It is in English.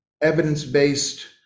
evidence-based